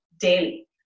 daily